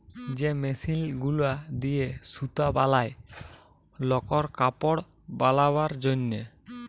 যে মেশিল গুলা দিয়ে সুতা বলায় লকর কাপড় বালাবার জনহে